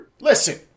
Listen